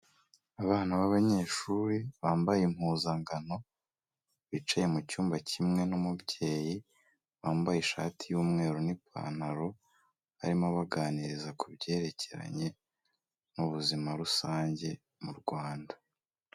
Abana b'abanyeshuri bambaye impuzangano, bicaye mu cyumba kimwe n'umubyeyi, wambaye ishati y'umweru n'ipantaro, arimo abaganiriza ku byerekeranye n'ubuzima rusange mu Rwanda.